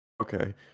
okay